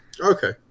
Okay